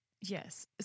Yes